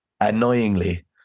annoyingly